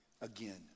again